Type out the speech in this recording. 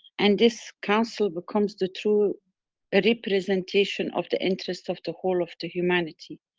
and this council becomes the true ah representation of the interest of the whole of the humanity,